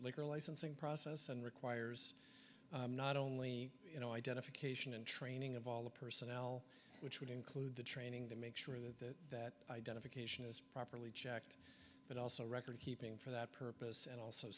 liquor licensing process and requires not only you know identification and training of all the personnel which would include the training to make sure that that identification is properly checked but also record keeping for that purpose and also